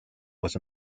was